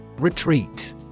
Retreat